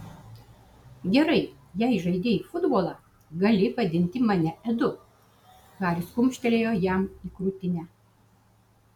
gerai jei žaidei futbolą gali vadinti mane edu haris kumštelėjo jam į krūtinę